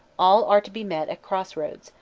all are to be met at crossroads,